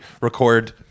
record